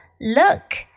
Look